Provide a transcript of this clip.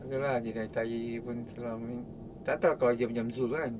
okay lah dia dah tanya you tak tahu kalau dia